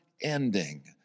ending